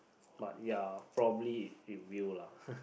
but ya probably in view lah